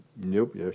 Nope